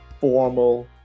formal